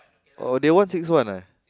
oh they won six one ah